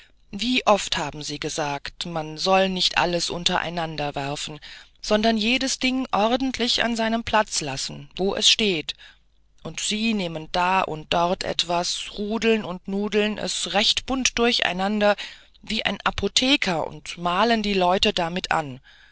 wie oft haben sie gesagt man solle nicht alles untereinander werfen sondern jedes ding ordentlich an seinem platz lassen wo es steht und sie nehmen da und dort etwas rudeln und nudeln es recht bunt durch einander wie ein apotheker und malen die leute damit an